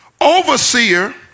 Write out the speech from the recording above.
overseer